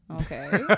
Okay